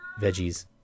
veggies